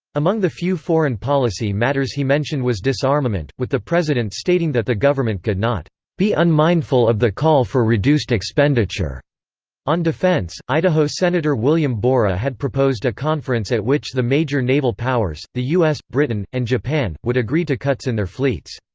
among the few foreign policy matters he mentioned was disarmament, with the president stating that the government could not be unmindful of the call for reduced expenditure on defense idaho senator william borah had proposed a conference at which the major naval powers, the u s, britain, and japan, would agree to cuts in their fleets.